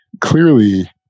clearly